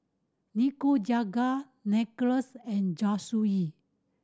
Nikujaga Nachos and Zosui